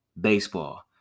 baseball